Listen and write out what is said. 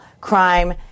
crime